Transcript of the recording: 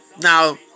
now